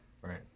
Right